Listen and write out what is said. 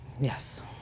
Yes